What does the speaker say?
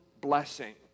blessing